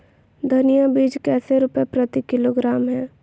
धनिया बीज कैसे रुपए प्रति किलोग्राम है?